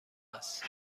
است